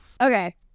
Okay